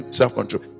self-control